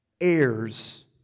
heirs